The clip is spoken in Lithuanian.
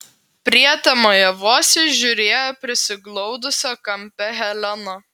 prietemoje vos įžiūrėjo prisiglaudusią kampe heleną